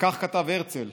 וכך כתב הרצל: